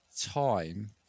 time